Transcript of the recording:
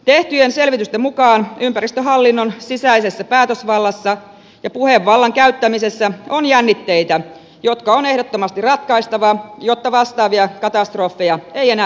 tehtyjen selvitysten mukaan ympäristöhallinnon sisäisessä päätösvallassa ja puhevallan käyttämisessä on jännitteitä jotka on ehdottomasti ratkaistava jotta vastaavia katastrofeja ei enää pääse syntymään